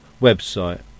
website